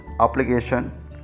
application